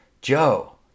Joe